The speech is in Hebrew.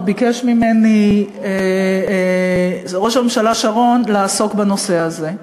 עוד ביקש ממני ראש הממשלה שרון לעסוק בנושא הזה.